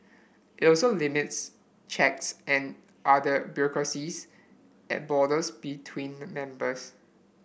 it also limits checks and other bureaucracies at borders between the members